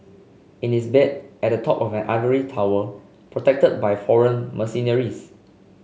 in his bed at the top of an ivory tower protected by foreign mercenaries